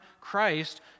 Christ